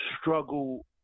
struggle